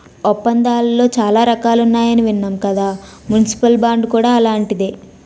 ఒప్పందాలలో చాలా రకాలున్నాయని విన్నాం కదా మున్సిపల్ బాండ్ కూడా అలాంటిదే